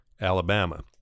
Alabama